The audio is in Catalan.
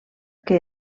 que